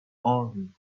army